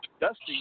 Dusty